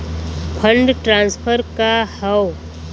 Fund transfer का हव?